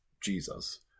Jesus